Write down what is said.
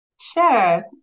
Sure